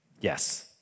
Yes